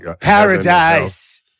Paradise